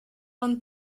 homme